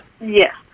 Yes